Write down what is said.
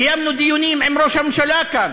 קיימנו דיונים עם ראש הממשלה כאן.